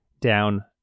down